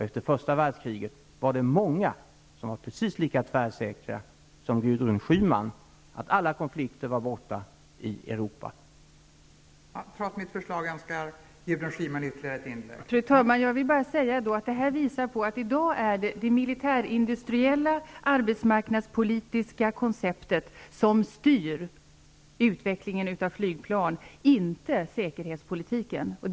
Efter första världskriget var det många som var precis lika tvärsäkra som Gudrun Schyman är på att alla risker för konflikt i Europa var obefintliga.